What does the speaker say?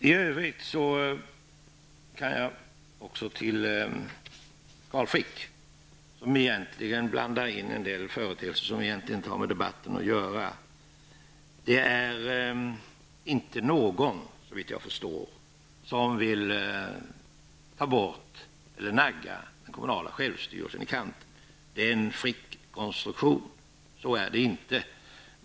Carl Frick blandar i sitt anförande in en del företeelser som egentligen inte har med debatten att göra. Såvitt jag förstår är det inte någon som vill ta bort eller nagga den kommunala självstyrelsen i kanten. Det är en Frickkonstruktion. Så är det alltså inte.